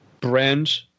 brand